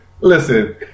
Listen